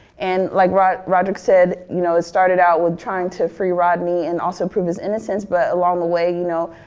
and like rodrick rodrick said, you know it started out with trying to free rodney and also prove his innocence. but along the way, you know,